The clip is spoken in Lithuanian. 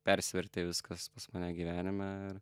persivertė viskas pas mane gyvenime ir